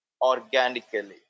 organically